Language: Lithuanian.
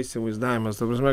įsivaizdavimas ta prasme